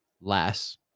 less